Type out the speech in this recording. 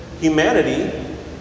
humanity